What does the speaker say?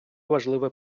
важливе